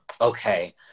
Okay